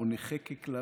או "נכה" כקללה,